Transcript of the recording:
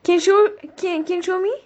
can show can can show me